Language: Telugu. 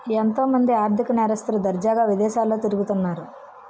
ఎంతో మంది ఆర్ధిక నేరస్తులు దర్జాగా విదేశాల్లో తిరుగుతన్నారు